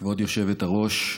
כבוד היושבת-ראש,